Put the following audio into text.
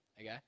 Okay